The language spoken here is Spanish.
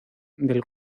del